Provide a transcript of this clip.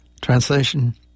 Translation